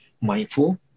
mindful